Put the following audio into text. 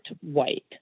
white